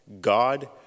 God